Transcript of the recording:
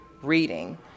reading